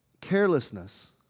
Carelessness